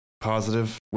positive